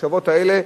המחשבות האלה,